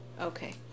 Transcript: Okay